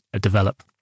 develop